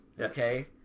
okay